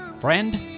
Friend